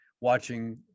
watching